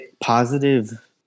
positive